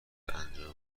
انجام